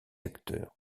acteur